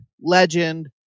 legend